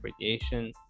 radiation